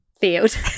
field